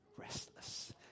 restless